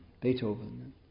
Beethoven